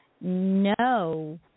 no